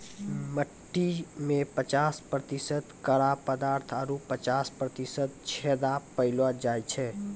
मट्टी में पचास प्रतिशत कड़ा पदार्थ आरु पचास प्रतिशत छेदा पायलो जाय छै